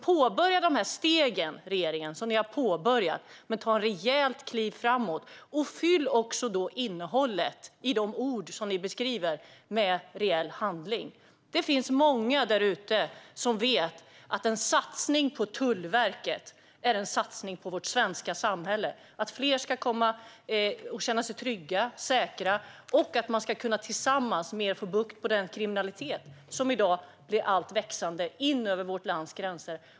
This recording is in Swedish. Påbörja de steg som ni har påbörjat i regeringen, men ta ett rejält kliv framåt! Fyll då också de ord som ni använder med innehåll i form av reell handling! Det finns många där ute som vet att en satsning på Tullverket är en satsning på vårt svenska samhälle. Det är en satsning på att fler ska känna sig trygga och säkra och att vi tillsammans ska kunna få bukt med den kriminalitet som i dag växer in alltmer över vårt lands gränser.